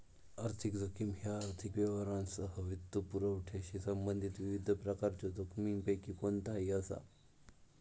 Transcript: आर्थिक जोखीम ह्या आर्थिक व्यवहारांसह वित्तपुरवठ्याशी संबंधित विविध प्रकारच्यो जोखमींपैकी कोणताही असा